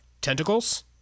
tentacles